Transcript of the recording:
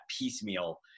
piecemeal